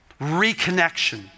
reconnection